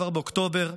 כבר באוקטובר,